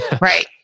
Right